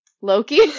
Loki